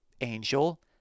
angel